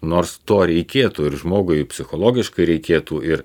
nors to reikėtų ir žmogui psichologiškai reikėtų ir